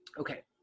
okay.